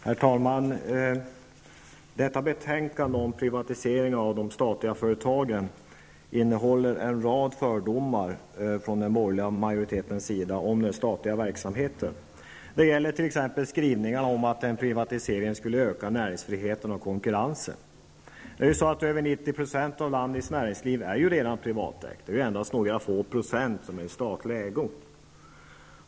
Herr talman! Detta betänkande om privatisering av de statliga företagen innehåller en rad fördomar från den borgerliga majoritetens sida om den statliga verksamheten. Det gäller t.ex. skrivningarna om att en privatisering skulle öka näringsfriheten och konkurrensen. Över 90 % av landets näringsliv är ju redan privatägt, och endast några få procent är i statlig ägo.